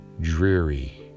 dreary